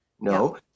No